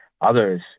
others